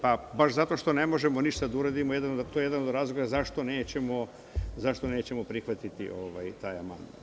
Pa, baš zato što ne možemo ništa da uradimo, to je jedan od razloga zašto nećemo prihvatiti taj amandman.